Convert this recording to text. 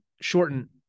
shorten